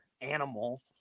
animal